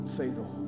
fatal